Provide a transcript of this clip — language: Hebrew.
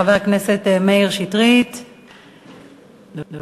חבר הכנסת מאיר שטרית, בבקשה.